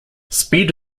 speed